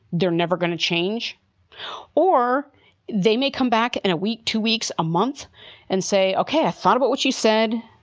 they're never going to change or they may come back in a week, two weeks, a month and say, ok, i thought about what you said.